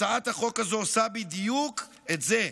הצעת החוק הזו עושה בדיוק את זה,